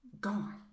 Gone